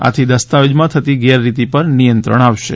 આથી દસ્તાવેજોમાં થતી ગેરરીતિ પર નિયંત્રણ આવશે